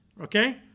okay